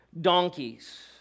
donkeys